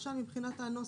למשל מבחינת הנוסח.